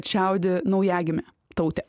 čiaudi naujagimė tautė